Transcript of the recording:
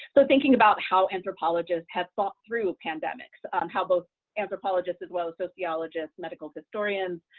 so thinking about how anthropologists have fought through pandemics, um how both anthropologists as well as sociologists, medical historians,